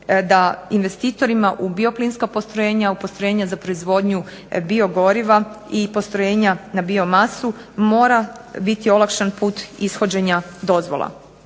da investitorima u bioplinska postrojenja, u postrojenja za proizvodnju biogoriva i postrojenja na biomasu mora biti olakšan put ishođenja dozvola.